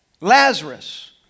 Lazarus